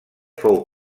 fou